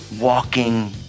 walking